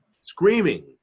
Screaming